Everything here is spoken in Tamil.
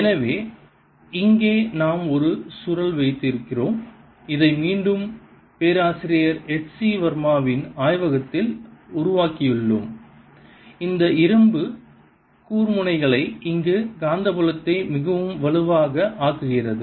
எனவே இங்கே நாம் ஒரு சுருள் வைத்திருக்கிறோம் இதை மீண்டும் பேராசிரியர் எச் சி வர்மாவின் H C Verma's ஆய்வகத்தில் உருவாக்கியுள்ளோம் இந்த இரும்பு கூர்முனைகளை இங்கு காந்தப்புலத்தை மிகவும் வலுவாக ஆக்குகிறது